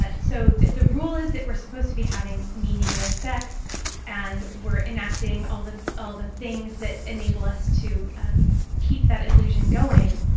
so if the rule is that we're supposed to be having meaningless sex and we're enacting all the all the things that enable us to um keep that illusion going,